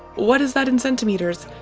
what is that in centimetres?